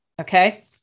okay